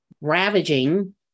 ravaging